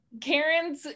Karen's